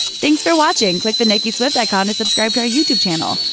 thanks for watching! click the nicki swift icon to subscribe to our youtube channel.